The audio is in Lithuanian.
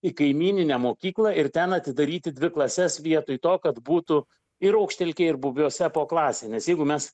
į kaimyninę mokyklą ir ten atidaryti dvi klases vietoj to kad būtų ir aukštelkėj ir bubiuose po klasę nes jeigu mes